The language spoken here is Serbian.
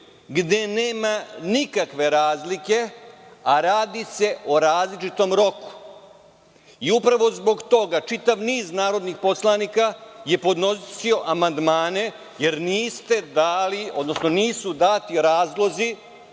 gde nema nikakve razlike, a radi se o različitom roku. Upravo zbog toga čitav niz narodnih poslanika je podnosio amandmane jer niste dali,